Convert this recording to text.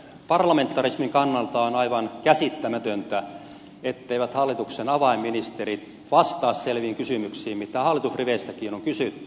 parlamentarismin kannalta on aivan käsittämätöntä etteivät hallituksen avainministerit vastaa selviin kysymyksiin joita hallitusriveistäkin on kysytty